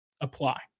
apply